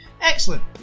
Excellent